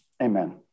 Amen